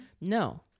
no